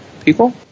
people